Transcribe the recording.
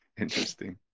Interesting